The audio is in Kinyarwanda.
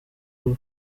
rwe